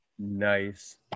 Nice